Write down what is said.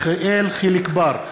יחיאל חיליק בר,